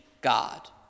God